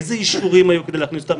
איזה אישורים היו כדי להכניס אותה.